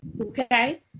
okay